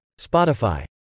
Spotify